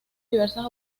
diversas